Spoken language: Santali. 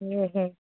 ᱦᱩᱸ